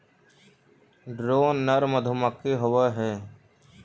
drone नर मधुमक्खी होवअ हई